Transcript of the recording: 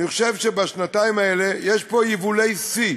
אני חושב שבשנתיים האלה יש פה יבולי שיא